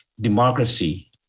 democracy